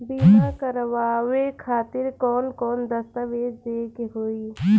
बीमा करवाए खातिर कौन कौन दस्तावेज़ देवे के होई?